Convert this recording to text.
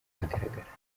ahagaragara